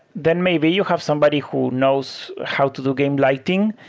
then maybe you have somebody who knows how to do game lighting,